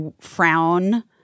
frown